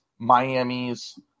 Miami's